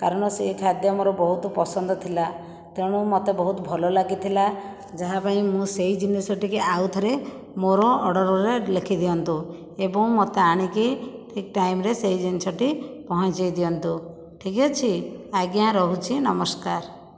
କାରଣ ସେ ଖାଦ୍ୟ ମୋର ବହୁତ ପସନ୍ଦ ଥିଲା ତେଣୁ ମୋତେ ବହୁତ ଭଲ ଲାଗିଥିଲା ଯାହାପାଇଁ ମୁଁ ସେହି ଜିନିଷଟିକି ଆଉ ଥରେ ମୋର ଅର୍ଡ଼ରରେ ଲେଖି ଦିଅନ୍ତୁ ଏବଂ ମୋତେ ଆଣିକି ଠିକ୍ ଟାଇମ୍ରେ ସେହି ଜିନିଷଟି ପହଞ୍ଚାଇ ଦିଅନ୍ତୁ ଠିକ୍ ଅଛି ଆଜ୍ଞା ରହୁଛି ନମସ୍କାର